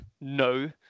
no